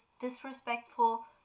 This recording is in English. disrespectful